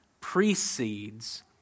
precedes